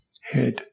head